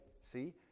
see